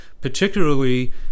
particularly